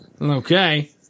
Okay